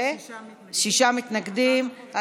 שישה מתנגדים.